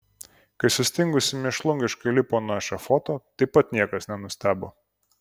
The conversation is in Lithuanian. kai sustingusi mėšlungiškai lipo nuo ešafoto taip pat niekas nenustebo